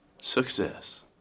success